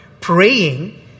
praying